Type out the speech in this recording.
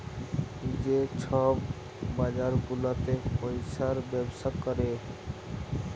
যে ছব বাজার গুলাতে পইসার ব্যবসা ক্যরে